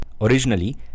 Originally